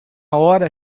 hora